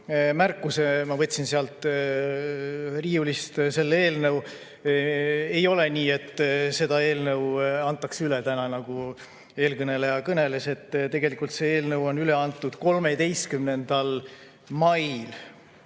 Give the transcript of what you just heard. märkuse. Ma võtsin sealt riiulist selle eelnõu. Ei ole nii, et seda eelnõu antakse täna üle, nagu eelkõneleja kõneles. Tegelikult see eelnõu anti üle 13. mail.